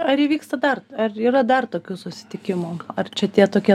ar įvyksta dar ar yra dar tokių susitikimų ar čia tie tokie